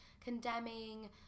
condemning